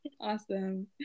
awesome